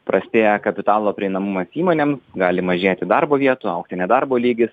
prastėja kapitalo prieinamumas įmonėms gali mažėti darbo vietų augti nedarbo lygis